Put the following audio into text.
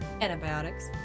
antibiotics